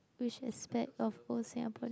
which is that of both Singaporean